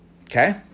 Okay